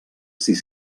sis